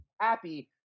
happy